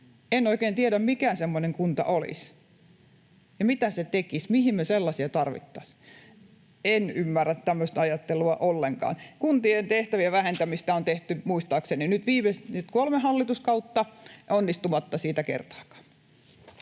En oikein tiedä, mikä semmoinen kunta olisi ja mitä se tekisi. Mihin me sellaisia tarvittaisiin? En ymmärrä tämmöistä ajattelua ollenkaan. Kuntien tehtävien vähentämistä on tehty muistaakseni nyt kolme hallituskautta onnistumatta siinä kertaakaan.